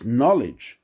knowledge